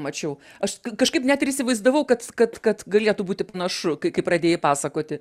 mačiau aš kažkaip net ir įsivaizdavau kad kad kad galėtų būti panašu kai kai pradėjai pasakoti